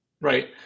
right